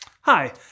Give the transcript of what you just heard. Hi